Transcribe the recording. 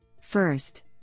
First